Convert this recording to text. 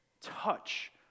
touch